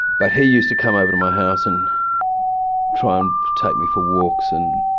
but he used to come over to my house and try and take me for walks and